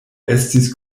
estis